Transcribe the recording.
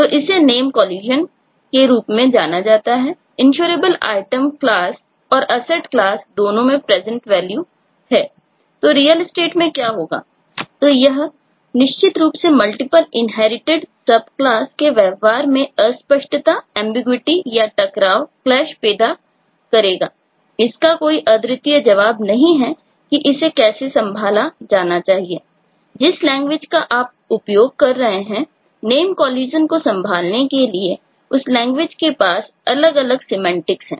तो इसे name collisions हैं